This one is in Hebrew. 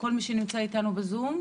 כל מי שנמצא איתנו בזום.